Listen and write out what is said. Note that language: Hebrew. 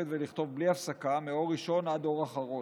ולכתוב בלי הפסקה מאור ראשון עד אור אחרון,